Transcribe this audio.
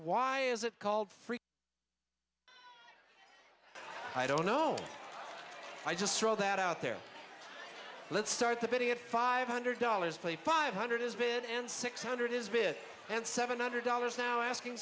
why is it called free i don't know i just throw that out there let's start the bidding at five hundred dollars play five hundred has been and six hundred is bid and seven hundred dollars now asking